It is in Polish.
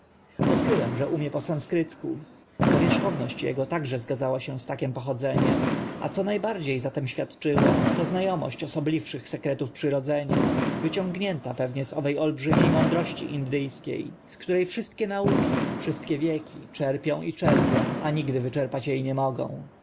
odkryłem że umie po sanskrycku powierzchowność ego także zgadzała się z takim pochodzeniem a co na bardzie za nim świadczyło to zna omość osobliwszych sekretów przyrodzenia wyciągnięta pewnie z owe olbrzymie mądrości indy skie z które wszystkie nauki wszystkie wieki czerpią i czerpią a nigdy wyczerpać e nie mogą